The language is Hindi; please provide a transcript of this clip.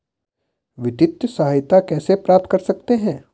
वित्तिय सहायता कैसे प्राप्त कर सकते हैं?